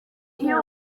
iyo